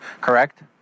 correct